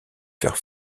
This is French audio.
faire